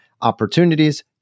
opportunities